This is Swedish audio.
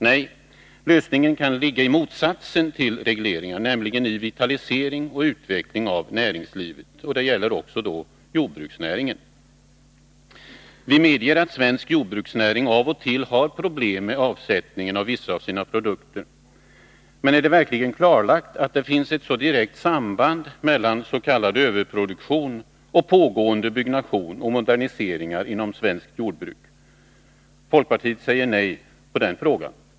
Nej, lösningen kan ligga i motsatsen till regleringar, nämligen i vitalisering och utveckling av näringslivet. Detta gäller också jordbruksnäringen. Vi medger att svensk jordbruksnäring av och till har problem med avsättningen av vissa av sina produkter. Men är det verkligen klarlagt att det finns ett så direkt samband mellan s.k. överproduktion och pågående 147 byggnationer och moderniseringar inom svenskt jordbruk? Folkpartiet svarar nej på den frågan.